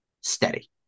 steady